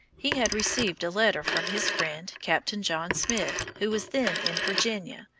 he had received a letter from his friend captain john smith, who was then in virginia,